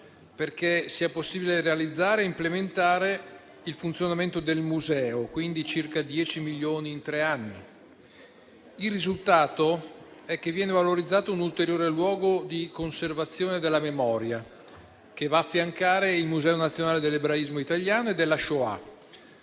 perché sia possibile realizzare e implementare il funzionamento del museo. Stiamo parlando di circa 10 milioni in tre anni. Il risultato è che viene valorizzato un ulteriore luogo di conservazione della memoria, che va ad affiancare il Museo nazionale dell'ebraismo italiano e della Shoah